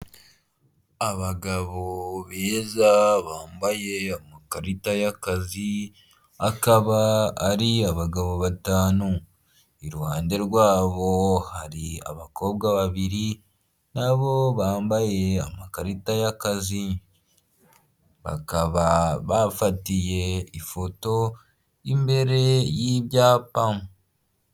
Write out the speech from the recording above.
Abagabo beza bambaye amakarita y'akazi, akaba ari abagabo batanu, iruhande rwabo hari abakobwa babiri nabo bambaye amakarita y'akazi bakaba bafatiye ifoto y'imbere y'ibyapa.